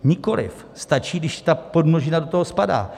Nikoliv, stačí, když ta podmnožina do toho spadá.